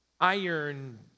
iron